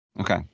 Okay